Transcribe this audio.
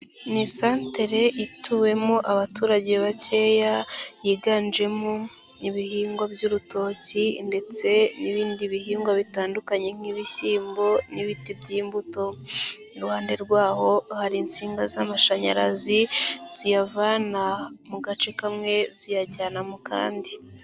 Ni isantere ituwemo abaturage bakeya yiganjemo ibihingwa by'urutoki ndetse n'ibindi bihingwa bitandukanye nk'ibishyimbo n'ibiti by'imbuto, iruhande rw'aho hari insinga z'amashanyarazi ziyavana mu gace kamwe ziyajyana mu kandi.